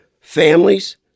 Families